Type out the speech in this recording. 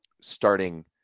starting